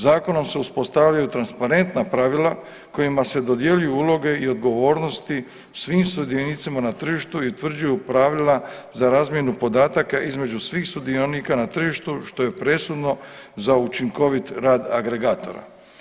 Zakonom se uspostavljaju transparentna pravila kojima se dodjeljuju uloge i odgovornosti svim sudionicima na tržištu i utvrđuju pravila za razmjenu podataka između svih sudionika na tržištu što je presudno za učinkovit rad agregatora.